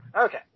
Okay